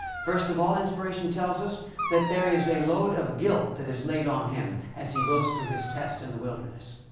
first of all, inspiration tells us that there is a load of guilt that is laid on him as he goes through his test in the wilderness.